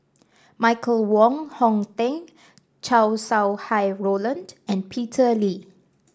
Michael Wong Hong Teng Chow Sau Hai Roland and Peter Lee